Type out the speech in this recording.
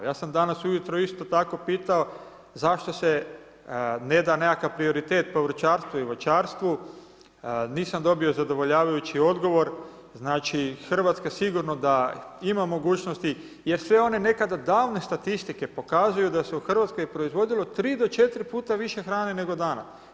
Ja sam danas ujutro isto tako pitao zašto se ne da nekakav prioritet povrćarstvu i voćarstvu, nisam dobio zadovoljavajući odgovor, znači Hrvatska sigurno da ima mogućnosti jer sve one nekada davne statistike pokazuju da se u Hrvatskoj proizvodilo 3 do 4 puta više hrane nego dana.